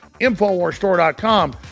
Infowarsstore.com